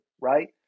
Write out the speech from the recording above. right